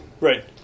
Right